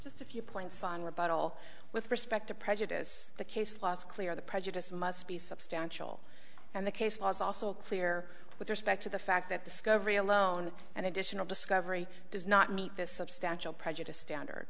just a few points on rebuttal with respect to prejudice the case last clear the prejudice must be substantial and the case law is also clear with respect to the fact that discovery alone and additional discovery does not meet this substantial prejudiced standard